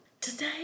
Today